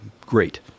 great